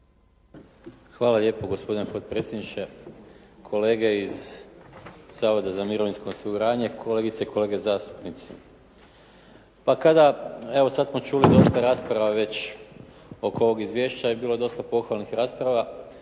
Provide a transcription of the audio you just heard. Hvala lijepo gospodine potpredsjedniče. Kolege iz Zavoda za mirovinsko osiguranje, kolegice i kolege zastupnici. Pa kada evo sad smo čuli dosta rasprava već oko ovog izvješća je bilo dosta pohvalnih rasprava